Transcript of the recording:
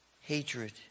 hatred